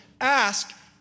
Ask